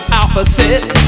opposite